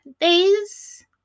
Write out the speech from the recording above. days